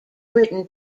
written